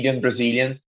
Brazilian